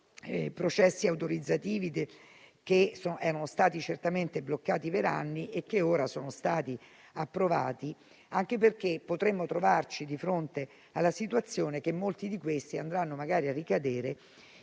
processi autorizzativi che sono stati bloccati per anni e che ora sono stati approvati. Ciò anche perché potremmo trovarci di fronte alla situazione che molti di questi andranno magari a ricadere